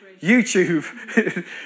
YouTube